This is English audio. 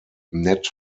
net